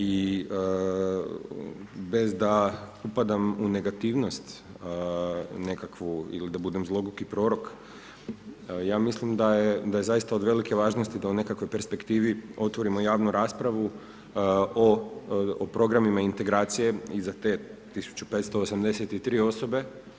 I bez da upadam u negativnost, nekakvu, ili da budem zloguki prorok, ja mislim da je zaista od velike važnost, da u nekakvoj perspektivi otvorimo javnu raspravu o programima integracije i za te 1583 osobe.